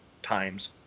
times